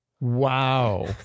Wow